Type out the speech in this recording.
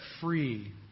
free